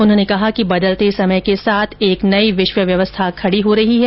उन्होंने कहा कि बदलते समय के साथ एक नई विश्व व्यवस्था खड़ी हो रही है